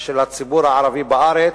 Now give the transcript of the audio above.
של הציבור הערבי בארץ,